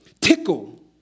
Tickle